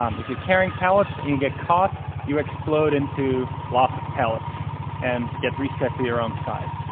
um if you're carrying pellets and get caught, you explode into lots of pellets and get reset to your own side.